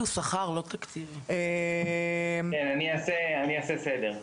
אני אעשה סדר.